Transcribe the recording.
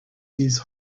these